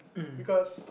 because